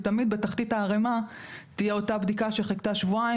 תמיד בתחתית הערימה תהיה אותה בדיקה שחיכתה שבועיים